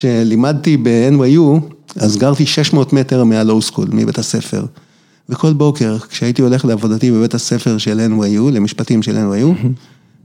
‫כשלימדתי ב-NYU, אז גרתי 600 מטר ‫מהלואו סקול, מבית הספר. ‫וכל בוקר כשהייתי הולך לעבודתי ‫בבית הספר של-NYU, למשפטים של-NYU,